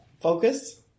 focus